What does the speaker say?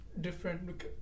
different